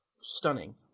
stunning